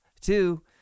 Two